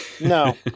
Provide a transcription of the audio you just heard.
no